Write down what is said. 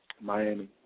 Miami